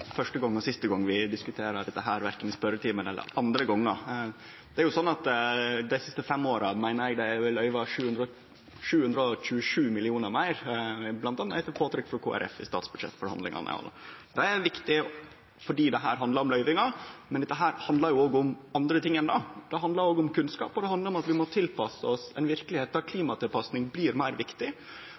siste gong vi diskuterer dette, verken i spørjetimen eller andre gongar. Dei siste fem åra er det løyvd 727 mill. kr meir, meiner eg, bl.a. etter påtrykk frå Kristeleg Folkeparti i statsbudsjettforhandlingane. Det er viktig fordi dette handlar om løyvingar. Men dette handlar òg om andre ting. Det handlar òg om kunnskap, og det handlar om at vi må tilpasse oss ei verkelegheit der klimatilpassing blir meir viktig.